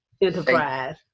enterprise